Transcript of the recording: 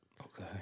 Okay